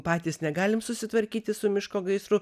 patys negalim susitvarkyti su miško gaisru